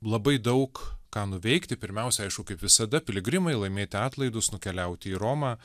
labai daug ką nuveikti pirmiausia aišku kaip visada piligrimai laimėti atlaidus nukeliauti į romą